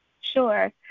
Sure